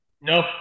No